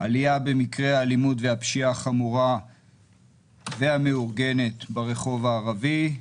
עלייה במקרי האלימות והפשיעה החמורה והמאורגנת ברחוב הערבי,